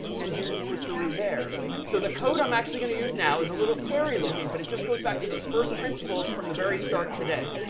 and do the switcheroo there so the code i'm actually going to use now is a little scary looking but it just goes back to those first principles from the very start today.